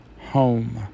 home